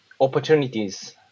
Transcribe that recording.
opportunities